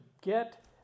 get